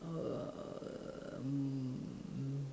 uh um